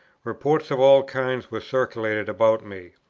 reports of all kinds were circulated about me.